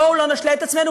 בואו לא נשלה את עצמנו,